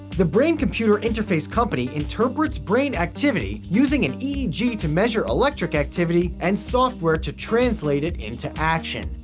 the brain-computer interface company interprets brain activity using an eeg to measure electric activity and software to translate it into action.